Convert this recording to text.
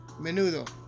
menudo